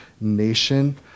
nation